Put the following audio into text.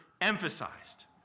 emphasized